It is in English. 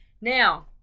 Now